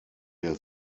der